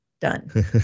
done